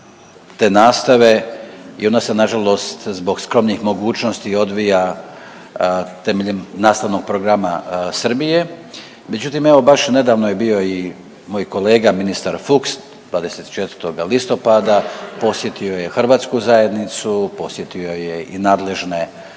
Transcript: te nastave i ona se na žalost zbog skromnih mogućnosti odvija temeljem nastavnog programa Srbije. Međutim, evo baš nedavno je bio i moj kolega ministar Fuchs 24. listopada. Posjetio je hrvatsku zajednicu, posjetio je i nadležne